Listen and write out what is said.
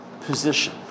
position